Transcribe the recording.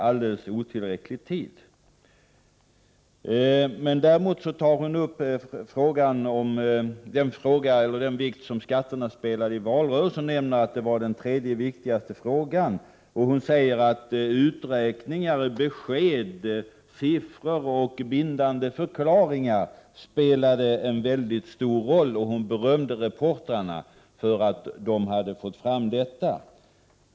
Anita Johansson talade om den vikt som skatterna spelade i valrörelsen joch nämnde att skattefrågan var den tredje viktigaste frågan. Hon sade att uträkningar, besked, siffror och bindande förklaringar spelade en mycket stor roll, och hon berömde reportrarna för att de hade fått fram detta.